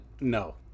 No